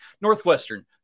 Northwestern